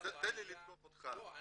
תן לי לתקוף אותך --- לא,